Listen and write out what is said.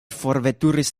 forveturis